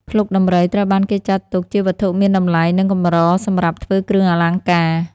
ភ្លុកដំរីត្រូវបានគេចាត់ទុកជាវត្ថុមានតម្លៃ និងកម្រសម្រាប់ធ្វើគ្រឿងអលង្ការ។